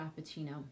frappuccino